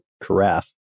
carafe